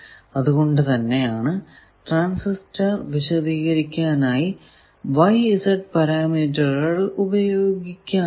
അതുകൊണ്ടു തന്നെ ആണ് ട്രാൻസിസ്റ്റർ വിശദീകരിക്കാനായി Y Z പരാമീറ്ററുകൾ ഉപയോഗിക്കാത്തത്